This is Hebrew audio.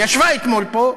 ישבה אתמול פה,